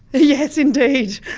yes, indeed!